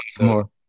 more